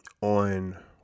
on